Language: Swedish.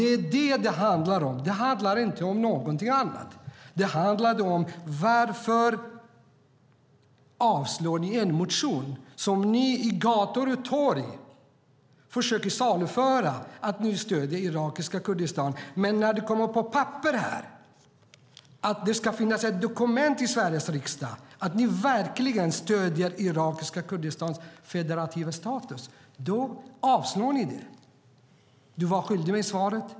Det är det som det handlar om. Det handlar inte om någonting annat. Det handlar om varför ni avstyrker en motion när ni på gator och torg försöker saluföra att ni stöder irakiska Kurdistan. Men när det kommer på papper, att det ska finnas ett dokument i Sveriges riksdag som visar att ni verkligen stöder irakiska Kurdistans federativa status, avstyrker ni förslaget. Du var skyldig mig svaret.